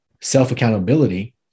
self-accountability